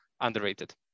underrated